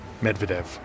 Medvedev